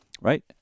right